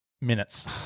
Minutes